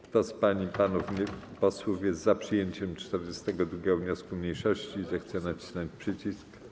Kto z pań i panów posłów jest za przyjęciem 42. wniosku mniejszości, zechce nacisnąć przycisk.